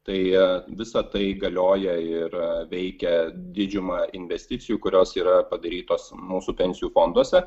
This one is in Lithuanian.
tai visa tai galioja ir veikia didžiumą investicijų kurios yra padarytos mūsų pensijų fonduose